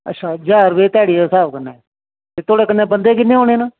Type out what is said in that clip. अच्छा ज्हार रपे ध्याड़ी दे स्हाब कन्नै ते थुआढ़े कन्नै बंदे किन्ने होने न